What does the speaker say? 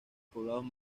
poblados